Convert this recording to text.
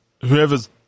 Whoever's